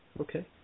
Okay